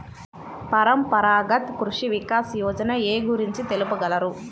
పరంపరాగత్ కృషి వికాస్ యోజన ఏ గురించి తెలుపగలరు?